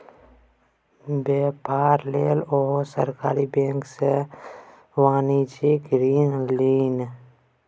बेपार लेल ओ सरकारी बैंक सँ वाणिज्यिक ऋण लेलनि